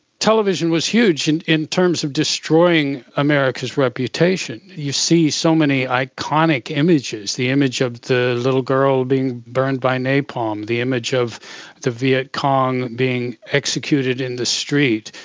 television was huge and in terms of destroying america's reputation. you see so many iconic images, the image of the little girl being burned by napalm, the image of the vietcong being executed in the street,